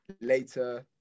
later